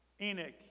Enoch